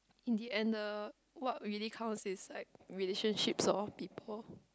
in the end the what we really counts is like relationships of all people